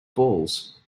balls